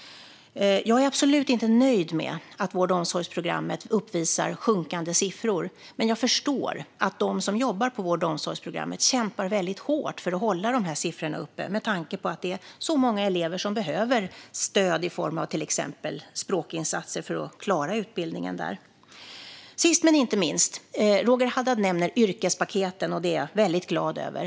Jag är absolut inte nöjd med att vård och omsorgsprogrammet uppvisar sjunkande siffror, men jag förstår att de som jobbar på vård och omsorgsprogrammet kämpar väldigt hårt för att hålla siffrorna uppe med tanke på att det är så många elever som behöver stöd i form av till exempel språkinsatser för att klara utbildningen. Sist men inte minst vill jag kommentera att Roger Haddad nämner yrkespaketen. Det är jag väldigt glad över.